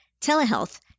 telehealth